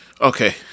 Okay